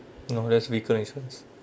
no that's vehicle insurance